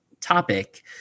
topic